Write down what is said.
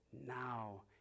now